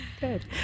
Good